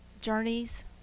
journeys